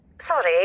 Sorry